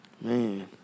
Man